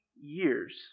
years